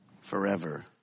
forever